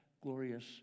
glorious